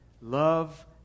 Love